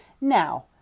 Now